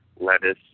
lettuce